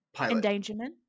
Endangerment